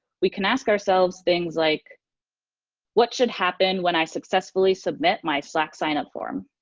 we can ask ourselves things like what should happen when i successfully submit my slack sign-up form?